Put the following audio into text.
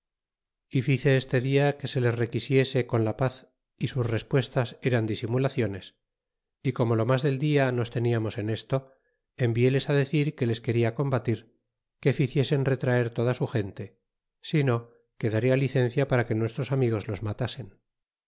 y fice este dia que se les re qui riese con la paz y sus respires as eran disimulac ones y como lo mas del dia nos tenian en esto envicies decir que les que ria combatir que ficiesen retraer loda sil gente szio que da cia licencia que nuestros amigos los matasen